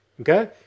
okay